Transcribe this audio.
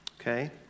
okay